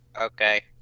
Okay